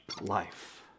life